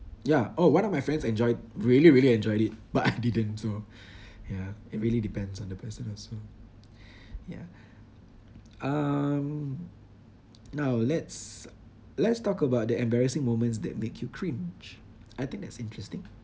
yeah oh one of my friends enjoyed really really enjoyed it but I didn't so ya it really depends on the person also yeah um now let's let's talk about the embarrassing moments that make you cringe I think that's interesting